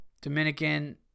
Dominican